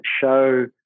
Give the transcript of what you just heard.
show